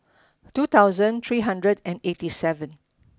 two thousand three hundred and eighty seven